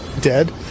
dead